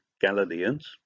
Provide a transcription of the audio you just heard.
Galileans